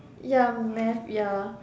ya math ya